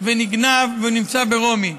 ונגנב ונמצא ברומי.